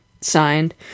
signed